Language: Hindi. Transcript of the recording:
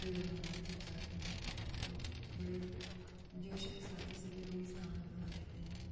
पेड़ लगाने जब जाते हैं तो बड़े जोश के साथ ही सभी लोग इस काम में भाग लेते हैं